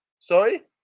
Sorry